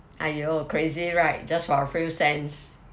!aiyo! crazy right just for a few cents